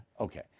okay